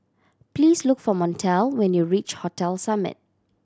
please look for Montel when you reach Hotel Summit